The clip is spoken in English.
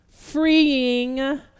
freeing